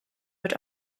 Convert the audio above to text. wird